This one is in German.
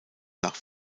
nach